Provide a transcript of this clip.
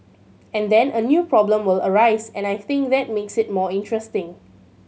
and then a new problem will arise and I think that makes it more interesting